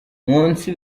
munsi